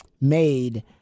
made